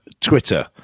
Twitter